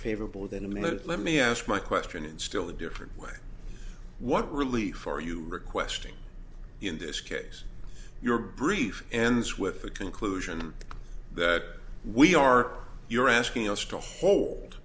favorable than a minute let me ask my question in still a different way what relief are you requesting in this case your brief ends with the conclusion that we are you're asking us to hold